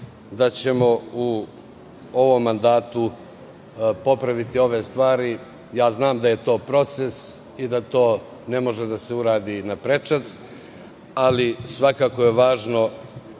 da ćemo u ovom mandatu popraviti ove stvari. Znam da je to proces i da to ne može da se uradi na prečac, ali je svakako važno